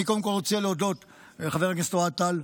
אני קודם כול רוצה להודות לחבר הכנסת אוהד טל,